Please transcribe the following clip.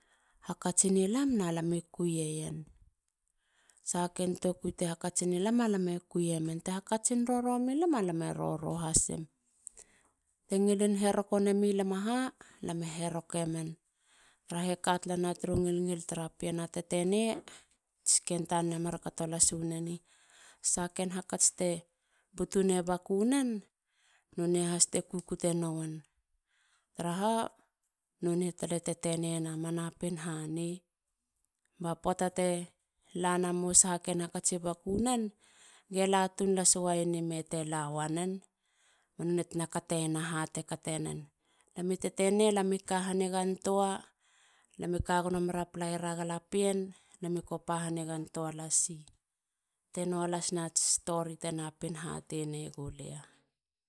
Hakatsini lam na lami kui e yen. sahaken tokui ti hakatsini lam alam e kuiemen. te hakatsin roro mi lam a lam e roro hasim. T ngilin heroko nemi lam a ha. lam e herokemen tarahe kalatana turu ngilngil tara ppien a tetene. ats ken tanen e mar kato las waneni. sahaken hakats te butu nei baku nen. nonei has te kukute nowen. Taraha nonei tala tetennena. ma napin hanei. ba poata te lanama suhu ken hakatsi bakunen gela tun las wayeni me te la wanen. banei tena kateyena hatena kate nen. lami tetene. lami ka hanigantua. lami kagonomeira palabina galapien. lam i ka hanigantua. Te nua las nats story te napin hhatei negulia.